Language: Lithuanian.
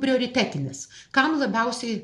prioritetinės kam labiausiai